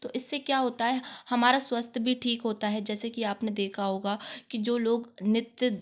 तो इससे क्या होता है हमारा स्वास्थ्य भी ठीक होता है जैसा कि आपने देखा होगा कि जो लोग नृत्य